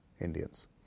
Indians